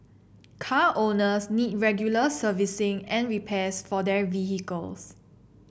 car owners need regular servicing and repairs for their vehicles